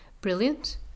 Brilliant